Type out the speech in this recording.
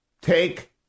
take